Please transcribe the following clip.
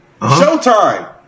Showtime